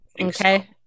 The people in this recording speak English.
okay